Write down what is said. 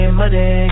money